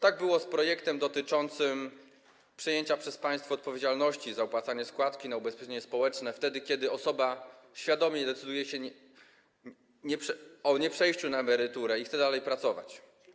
Tak było z projektem dotyczącym przejęcia przez państwo odpowiedzialności za opłacanie składki na ubezpieczenie społeczne, wtedy kiedy osoba świadomie decyduje o nieprzejściu na emeryturę i chce dalej pracować.